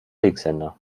linkshänder